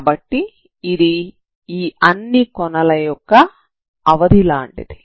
కాబట్టి ఇది ఈ అన్ని కొనల యొక్క అవధి లాంటిది